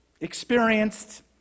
experienced